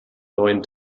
neuen